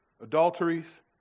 adulteries